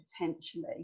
potentially